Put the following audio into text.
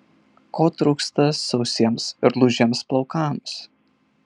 ko trūksta sausiems ir lūžiems plaukams